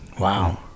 wow